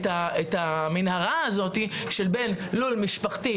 את המנהרה שבין לול משפחתי,